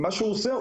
מה שהוא עושה,